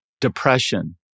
depression